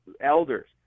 elders